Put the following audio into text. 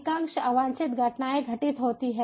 अधिकांश अवांछित घटनाएं घटित होती हैं